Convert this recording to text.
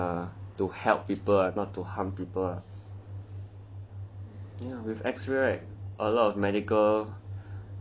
uh to help people ah not to harm people ah